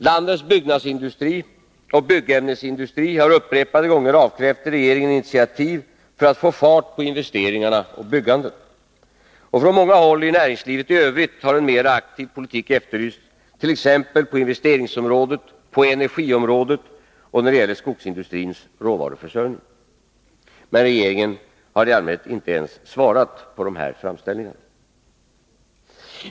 Landets byggnadsindustri och byggämnesindustri har upprepade gånger avkrävt regeringen initiativ för att få fart på investeringar och byggande. Och från många håll i näringslivet i övrigt har en mera aktiv politik efterlysts, t.ex. på investeringsområdet, energiområdet och när det gäller skogsindustrins råvaruförsörjning. Men regeringen har i allmänhet inte ens svarat på de här framställningarna.